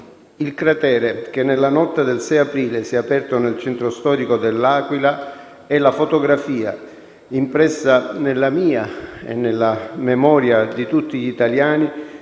Il cratere che nella notte del 6 aprile si è aperto nel centro storico dell'Aquila è la fotografia, impressa nella mia e nella memoria di tutti gli italiani,